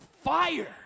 fire